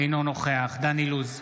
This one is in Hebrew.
אינו נוכח דן אילוז,